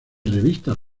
revistas